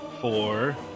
four